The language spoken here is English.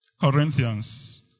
Corinthians